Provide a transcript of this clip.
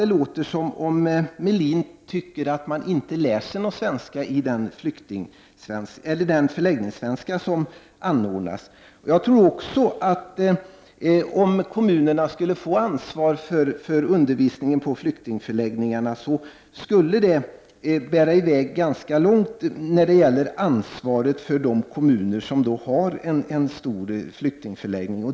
Det låter som att Ulf Melin tycker att man inte lär sig någon svenska i den svenskundervisning som anordnas på förläggningarna. Jag tror också att om kommunerna fick ansvar för undervisningen på flyktingförläggningarna, skulle det bära i väg ganska långt när det gäller ansvaret för de kommuner som har en stor flyktingförläggning.